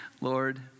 Lord